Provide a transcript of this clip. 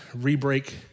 re-break